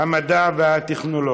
המדע והטכנולוגיה.